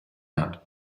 out